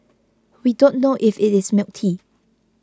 we don't know if it is milk tea